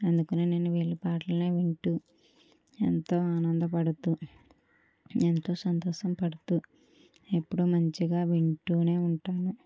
అందుకనే నేను వీళ్ళ పాటలనే వింటూ ఎంతో ఆనందపడుతూ ఎంతో సంతోషం పడుతూ ఎప్పుడు మంచిగా వింటూనే ఉంటాను